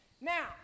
Now